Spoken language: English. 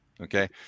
Okay